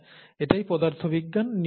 হ্যাঁ এটাই পদার্থবিজ্ঞান